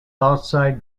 outside